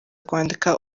kwandika